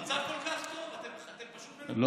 המצב כל כך טוב, אתם פשוט מנותקים.